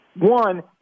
one